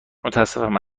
متاسفم